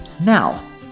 Now